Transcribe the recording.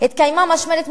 התקיימה משמרת מחאה,